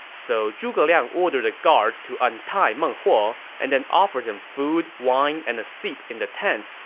so zhuge liang ordered the guards to untie meng huo and then offered him food, wine, and a seat in the tent,